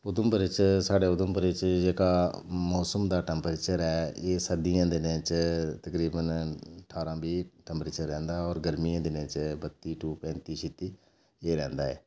उधमपुरै च साढ़े उधमपुरै च जेह्का मौसम दा टैम्परेचर ऐ एह् सर्दियें दे दिनें च तकरीबन ठारां बीह् टैम्परेचर रौंह्दा होर गर्मियें दे दिनें च बत्ती टू पैंत्ती छित्ती इ'यै रौंह्दा ऐ